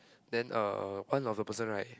then uh one of the person right